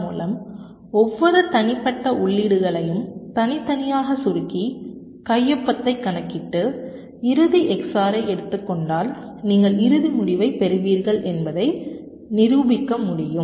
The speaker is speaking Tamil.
மூலம் ஒவ்வொரு தனிப்பட்ட உள்ளீடுகளையும் தனித்தனியாக சுருக்கி கையொப்பத்தைக் கணக்கிட்டு இறுதி XOR ஐ எடுத்துக் கொண்டால் நீங்கள் இறுதி முடிவைப் பெறுவீர்கள் என்பதை நிரூபிக்க முடியும்